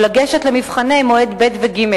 ולגשת למבחנים במועד ב' וג',